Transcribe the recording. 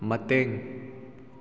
ꯃꯇꯦꯡ